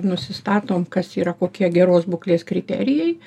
nusistatom kas yra kokie geros būklės kriterijai